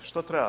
Što treba?